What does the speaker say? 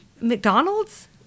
McDonald's